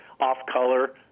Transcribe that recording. off-color